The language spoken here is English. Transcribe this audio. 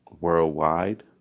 worldwide